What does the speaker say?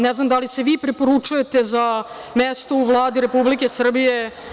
Ne znam da li se vi preporučujete za mesto u Vladi Republike Srbije?